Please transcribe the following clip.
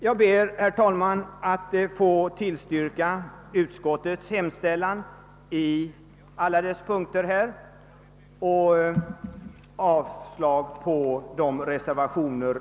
Jag ber att få yrka bifall till utskottets hemställan i samtliga punkter och avslag på de avgivna reservationerna.